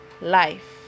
life